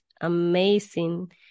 amazing